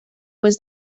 was